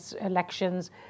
elections